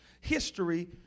history